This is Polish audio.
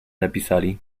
napisali